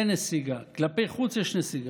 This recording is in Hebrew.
אין נסיגה, כלפי חוץ יש נסיגה.